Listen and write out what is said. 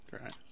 Right